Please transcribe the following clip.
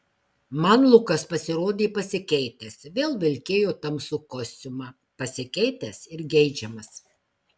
man lukas pasirodė pasikeitęs vėl vilkėjo tamsų kostiumą pasikeitęs ir geidžiamas